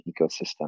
ecosystem